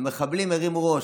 המחבלים הרימו ראש.